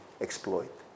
exploit